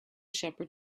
shepherd